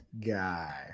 guy